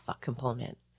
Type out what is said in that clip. component